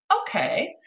okay